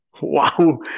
Wow